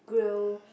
grill